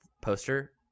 poster